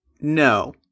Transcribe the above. No